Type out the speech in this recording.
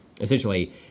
essentially